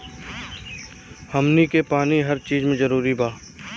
हमनी के पानी हर चिज मे जरूरी बा